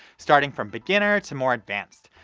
starting from beginner to more advanced.